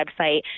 website